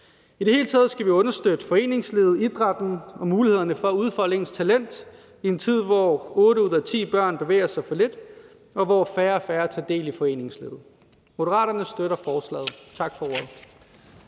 I det hele taget skal vi understøtte foreningslivet og idrætten og mulighederne for at udfolde ens talent i en tid, hvor otte ud af ti børn bevæger sig for lidt, og hvor færre og færre tager del i foreningslivet. Moderaterne støtter forslaget. Tak for ordet.